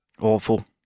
awful